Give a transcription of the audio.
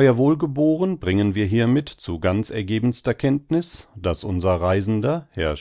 ew wohlgeboren bringen wir hiermit zu ganz ergebenster kenntniß daß unser reisender herr